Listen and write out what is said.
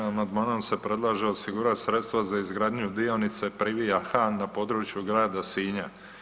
Amandmanom se predlaže osigurati sredstva za izgradnju dionice Privija-Han na području grada Sinja.